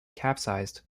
capsized